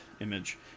image